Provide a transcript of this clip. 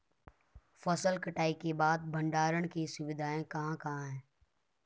फसल कटाई के बाद भंडारण की सुविधाएं कहाँ कहाँ हैं?